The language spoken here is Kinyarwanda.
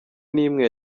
n’imwe